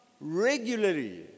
regularly